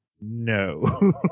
no